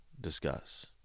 discuss